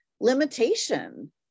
limitation